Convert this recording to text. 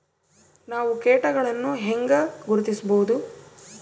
ನಾವು ಕೇಟಗಳನ್ನು ಹೆಂಗ ಗುರ್ತಿಸಬಹುದು?